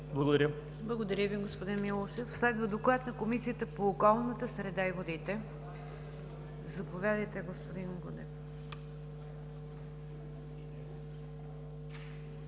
ДЖАФЕР: Благодаря Ви, господин Милушев. Следва Доклад на Комисията по околната среда и водите. Заповядайте, господин Грудев.